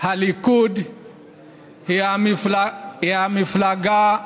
הליכוד היא המפלגה,